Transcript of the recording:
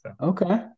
Okay